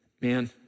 man